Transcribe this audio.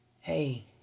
Hey